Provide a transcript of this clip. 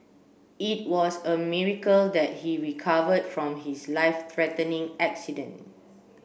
it was a miracle that he recovered from his life threatening accident